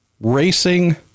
racing